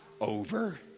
over